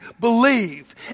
believe